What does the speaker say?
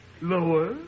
Lower